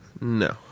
No